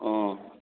অঁ